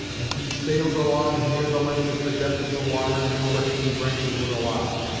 and he sailed along as near the land as the depth of the water and the overhanging branches would allow.